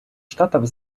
штатов